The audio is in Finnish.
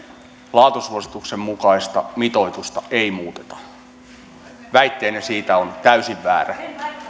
laatusuosituksen mukaista mitoitusta ei muuteta väitteenne siitä on täysin väärä